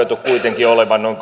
arvioitu kuitenkin olevan noin